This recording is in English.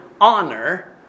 honor